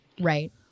Right